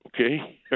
okay